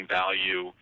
value